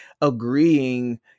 agreeing